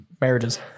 marriages